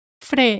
fre